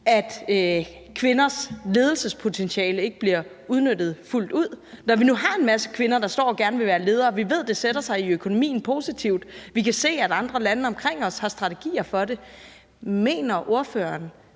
at kvinders ledelsespotentiale ikke bliver udnyttet fuldt ud, når vi nu har en masse kvinder, der står og gerne vil være ledere, og vi ved, at det sætter sig positivt i økonomien, og vi kan se, at andre lande omkring os har strategier for det? Mener ordføreren